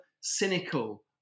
cynical